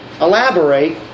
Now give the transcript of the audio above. elaborate